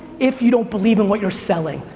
if you don't believe in what you're selling.